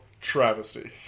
travesty